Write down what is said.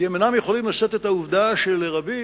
כי הם אינם יכולים לשאת את העובדה שלרבים